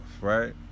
Right